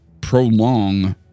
prolong